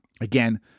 Again